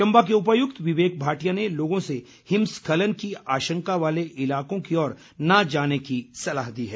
चम्बा के उपायुक्त विवेक भाटिया ने लोगों से हिमस्खलन की आशंका वाले इलाकों की ओर न जाने की सलाह दी है